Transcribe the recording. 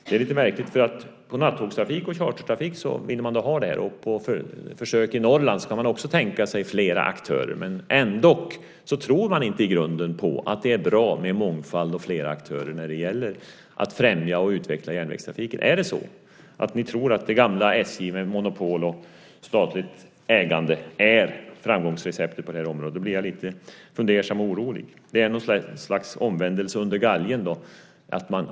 Det är lite märkligt. För nattågstrafik och chartertrafik vill man ha det, och för försök i Norrland kan man också tänka sig flera aktörer. Man tror ändock inte i grunden på att det är bra med mångfald och flera aktörer när det gäller att främja och utveckla järnvägstrafiken. Är det så att ni tror att det gamla SJ med monopol och statligt ägande är framgångsreceptet på det här området? Då blir jag lite fundersam och orolig. Det är något slags omvändelse under galgen.